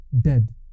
dead